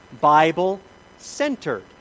Bible-centered